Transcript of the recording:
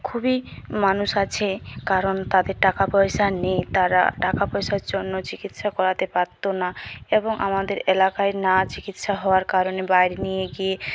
খুবই মানুষ আছে কারণ তাদের টাকাপয়সা নেই তারা টাকাপয়সার জন্য চিকিৎসা করাতে পারতো না এবং আমাদের এলাকায় না চিকিৎসা হওয়ার কারণে বাইরে নিয়ে গিয়ে